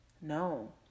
No